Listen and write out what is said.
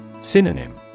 Synonym